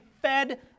fed